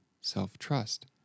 self-trust